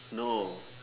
no